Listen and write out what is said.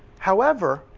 however,